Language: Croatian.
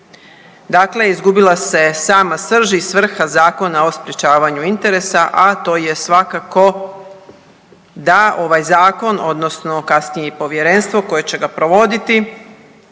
Dakle, izgubila se sama srž i svrha Zakona o sprječavanju interesa, a to je svakako da ovaj zakon, odnosno kasnije i povjerenstvo koje će ga provoditi